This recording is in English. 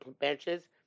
benches